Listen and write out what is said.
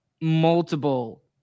multiple